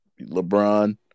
LeBron